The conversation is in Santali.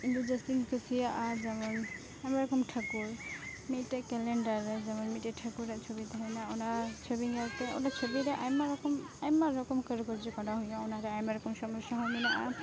ᱤᱧᱫᱚ ᱡᱟᱹᱥᱛᱤᱧ ᱠᱩᱥᱤᱭᱟᱜᱼᱟ ᱡᱮᱢᱚᱱ ᱟᱭᱢᱟ ᱨᱚᱠᱚᱢ ᱴᱷᱟᱹᱠᱩᱨ ᱢᱤᱫᱴᱮᱡ ᱠᱮᱞᱮᱱᱰᱟᱨ ᱨᱮ ᱡᱮᱢᱚᱱ ᱢᱤᱫᱴᱮᱡ ᱴᱷᱟᱹᱠᱩᱨᱟᱜ ᱪᱷᱩᱵᱤ ᱛᱮᱦᱮᱱ ᱚᱱᱟ ᱪᱷᱩᱵᱤ ᱧᱮᱞᱛᱮ ᱚᱱᱟ ᱪᱷᱩᱵᱤᱨᱮ ᱟᱭᱢᱟ ᱨᱚᱠᱚᱢ ᱟᱭᱢᱟ ᱨᱚᱠᱚᱢ ᱠᱟᱹᱨᱩᱠᱟᱨᱡᱚ ᱠᱚᱨᱟᱣ ᱦᱮᱨᱱᱟᱜᱼᱟ ᱚᱱᱟᱨᱮ ᱟᱭᱢᱟ ᱨᱚᱠᱚᱢ ᱥᱚᱢᱚᱥᱥᱟ ᱦᱚᱸ ᱢᱮᱱᱟᱜᱼᱟ